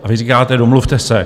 A vy říkáte: Domluvte se.